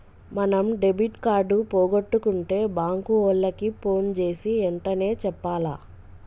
మనం debit card పోగొట్టుకుంటే bank ఓళ్ళకి పోన్ జేసీ ఎంటనే చెప్పాల